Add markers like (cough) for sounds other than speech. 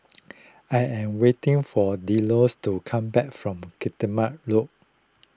(noise) I am waiting for Dialloa to come back from Guillemard Road